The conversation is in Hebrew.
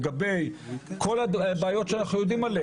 לגבי כל הבעיות שאנחנו יודעים עליהן,